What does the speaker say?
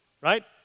right